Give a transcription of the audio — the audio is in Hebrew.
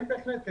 כן בהחלט.